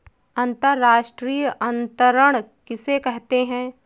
अंतर्राष्ट्रीय अंतरण किसे कहते हैं?